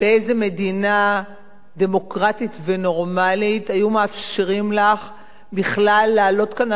באיזו מדינה דמוקרטית ונורמלית היו מאפשרים לך בכלל לעלות כאן